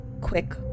quick